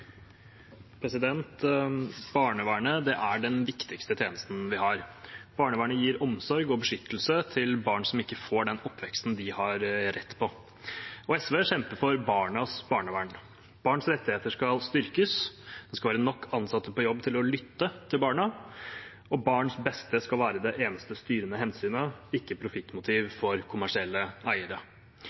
den viktigste tjenesten vi har. Barnevernet gir omsorg og beskyttelse til barn som ikke får den oppveksten de har rett til. SV kjemper for barnas barnevern. Barns rettigheter skal styrkes. Det skal være nok ansatte på jobb til å lytte til barna, og barns beste skal være det eneste styrende hensynet, ikke profittmotiv for kommersielle eiere.